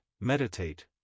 meditate